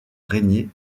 régnier